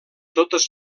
totes